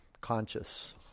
conscious